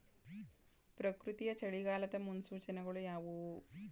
ಪ್ರಕೃತಿಯ ಚಳಿಗಾಲದ ಮುನ್ಸೂಚನೆಗಳು ಯಾವುವು?